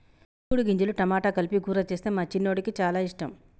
చిక్కుడు గింజలు టమాటా కలిపి కూర చేస్తే మా చిన్నోడికి చాల ఇష్టం